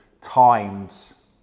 times